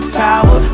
power